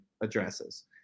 addresses